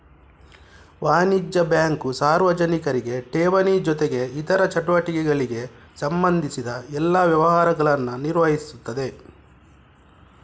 ವಾಣಿಜ್ಯ ಬ್ಯಾಂಕು ಸಾರ್ವಜನಿಕರಿಗೆ ಠೇವಣಿ ಜೊತೆಗೆ ಇತರ ಚಟುವಟಿಕೆಗಳಿಗೆ ಸಂಬಂಧಿಸಿದ ಎಲ್ಲಾ ವ್ಯವಹಾರಗಳನ್ನ ನಿರ್ವಹಿಸ್ತದೆ